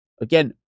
Again